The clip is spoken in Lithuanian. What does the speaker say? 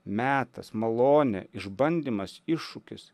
metas malonė išbandymas iššūkis